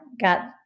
got